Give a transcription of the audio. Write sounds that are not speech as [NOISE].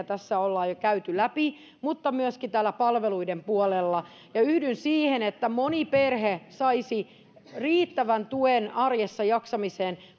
[UNINTELLIGIBLE] tässä on jo käyty läpi mutta myöskin palveluiden puolella yhdyn siihen että moni perhe saisi riittävän tuen arjessa jaksamiseen